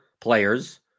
players